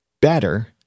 better